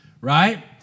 right